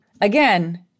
Again